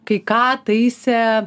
kai ką taisė